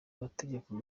mategeko